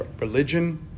religion